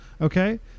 Okay